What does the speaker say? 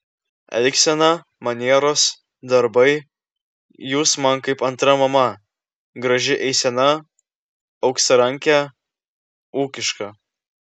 elgsena manieros darbai jūs man kaip antra mama graži eisena auksarankė ūkiška